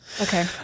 Okay